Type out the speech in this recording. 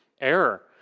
error